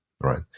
right